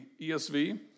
ESV